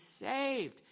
saved